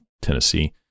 Tennessee